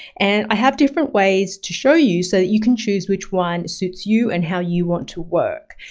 and i have different ways to show you so that you can choose which one suits you and how you want to work.